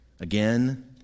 again